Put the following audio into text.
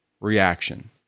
reaction